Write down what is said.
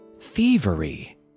Thievery